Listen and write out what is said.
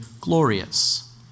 glorious